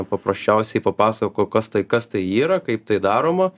paprasčiausiai papasakojo kas tai kas tai yra kaip tai daroma